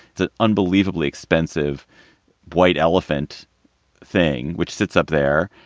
it's an unbelievably expensive white elephant thing which sits up there.